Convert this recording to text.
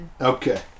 Okay